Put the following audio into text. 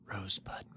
Rosebud